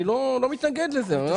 אני לא מתנגד לזה.